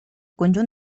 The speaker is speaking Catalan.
conjunt